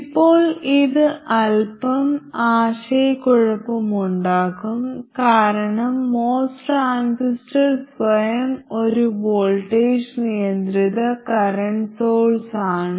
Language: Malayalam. ഇപ്പോൾ ഇത് അൽപ്പം ആശയക്കുഴപ്പമുണ്ടാക്കാം കാരണം MOS ട്രാൻസിസ്റ്റർ സ്വയം ഒരു വോൾട്ടേജ് നിയന്ത്രിത കറന്റ് സോഴ്സ് ആണ്